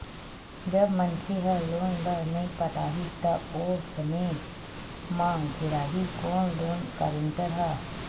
जब मनखे ह लोन ल नइ पटाही त ओ समे म घेराही कोन लोन गारेंटर ह